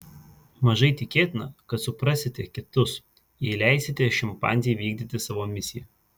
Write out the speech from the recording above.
mažai tikėtina kad suprasite kitus jei leisite šimpanzei vykdyti savo misiją